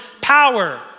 power